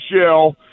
Shell